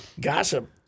gossip